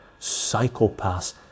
psychopaths